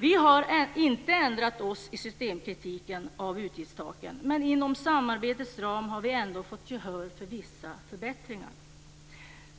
Vi har inte ändrat oss i systemkritiken av utgiftstaken, men inom samarbetets ram har vi ändå fått gehör för vissa förbättringar.